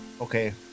Okay